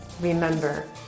Remember